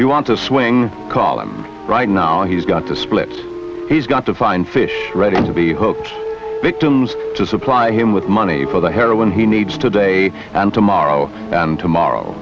you want to swing call him right now he's got to split he's got to find fish ready to be hooked victims to supply him with money for the heroin he needs today and tomorrow and tomorrow